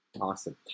Awesome